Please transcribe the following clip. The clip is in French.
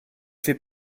fait